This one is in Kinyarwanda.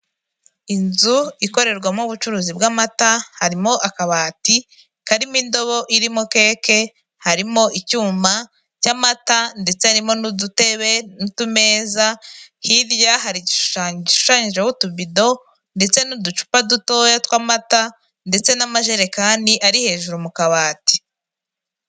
Inzu ikorerwamo ubucuruzi bw'amata, harimo akabati karimo indobo irimo keke, harimo icyuma cy'amata, ndetse harimo n'udutebe, n'utumeza, hirya hari igishushanyo gishushanyijeho utubido, ndetse n'uducupa dutoya tw'amata, ndetse n'amajerekani ari hejuru mu kabati.